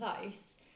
close